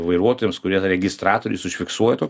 vairuotojams kurie registratoriais užfiksuoja to